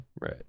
Right